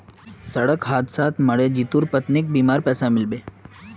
सड़क हादसात मरे जितुर पत्नीक बीमार पैसा मिल बे